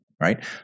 Right